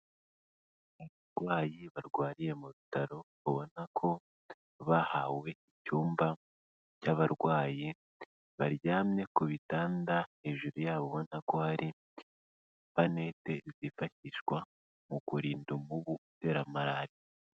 Abarwayi barwariye mu bitaro, ubona ko bahawe icyumba cy'abarwayi, baryamye ku bitanda hejuru yabo ubona ko hari supaneti zifashishwa mu kurinda umubu utera Malariya.